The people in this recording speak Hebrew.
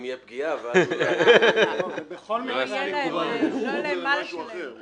אם תהיה פגיעה ואז אולי --- הם ייקחו את זה למשהו אחר.